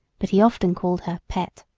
but he often called her pet.